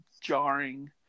jarring